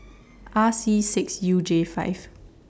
R C six U J five